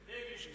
פייגלינים.